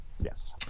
Yes